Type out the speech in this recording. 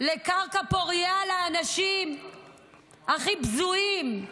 לקרקע פורייה לאנשים הכי בזויים.